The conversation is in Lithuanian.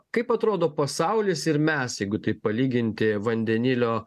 kaip atrodo pasaulis ir mes jeigu taip palyginti vandenilio